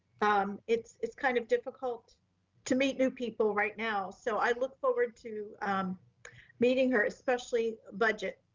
um it's it's kind of difficult to meet new people right now. so i look forward to meeting her, especially budget.